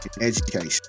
education